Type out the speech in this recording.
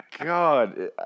God